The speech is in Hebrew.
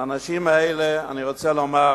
האנשים האלה, אני רוצה לומר,